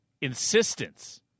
insistence